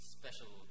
special